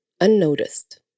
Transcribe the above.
unnoticed